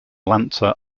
lancer